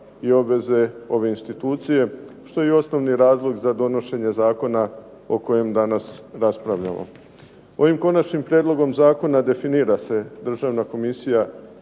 i obveze ove institucije što je i osnovni razlog za donošenje zakona o kojem danas raspravljamo. Ovim konačnim prijedlogom zakona definira se Državna komisija